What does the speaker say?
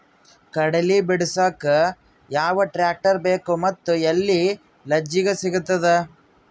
ಕಡಲಿ ಬಿಡಸಕ್ ಯಾವ ಟ್ರ್ಯಾಕ್ಟರ್ ಬೇಕು ಮತ್ತು ಎಲ್ಲಿ ಲಿಜೀಗ ಸಿಗತದ?